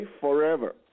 forever